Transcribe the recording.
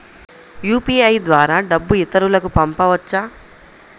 UPI ద్వారా డబ్బు ఇతరులకు పంపవచ్చ?